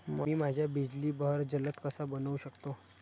मी माझ्या बिजली बहर जलद कसा बनवू शकतो?